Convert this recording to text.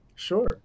Sure